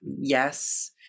yes